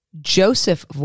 Joseph